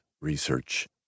research